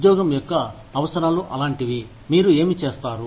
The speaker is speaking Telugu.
ఉద్యోగం యొక్క అవసరాలు అలాంటివి మీరు ఏమి చేస్తారు